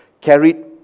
carried